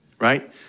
right